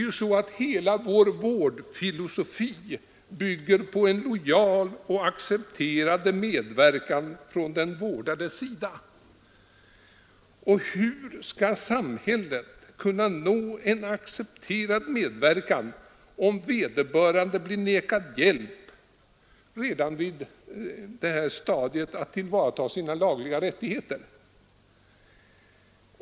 Hela vår vårdfilosofi bygger ju på en lojal och accepterande medverkan från den vårdades sida. Hur skall samhället kunna nå en accepterad medverkan, om vederbörande blir vägrad hjälp redan på det stadium, där det gäller att tillvarata hans lagliga rättigheter?